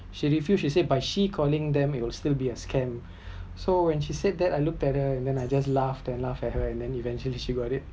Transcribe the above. she refused she said by she calling them it will still be a scam so when she said that I looked at her and then I just laugh and laugh at her and then eventually she got it